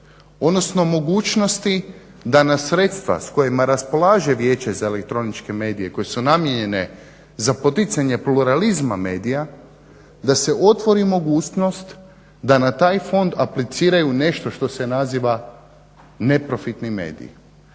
odnosno mogućnosti da na sredstva s kojima raspolaže Vijeće za elektroničke medije koji su namijenjene za poticanje pluralizma medija, da se otvori mogućnost da na taj fond apliciraju nešto što se naziva neprofitni mediji.